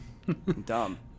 dumb